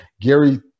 Gary